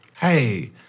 hey